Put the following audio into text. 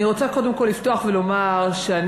אני רוצה קודם כול לפתוח ולומר שאני,